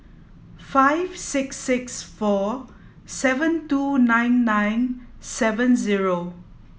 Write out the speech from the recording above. five six six four seven two nine nine seven zero